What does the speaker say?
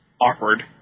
awkward